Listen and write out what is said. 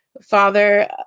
father